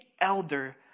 elder